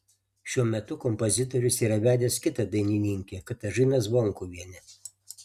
šiuo metu kompozitorius yra vedęs kitą dainininkę katažiną zvonkuvienę